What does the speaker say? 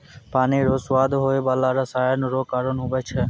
पानी रो स्वाद होय बाला रसायन रो कारण हुवै छै